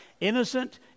Innocent